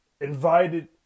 invited